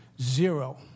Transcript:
zero